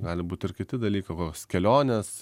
gali būt ir kiti dalykai vos kelionės